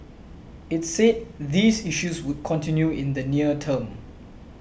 it said these issues would continue in the near term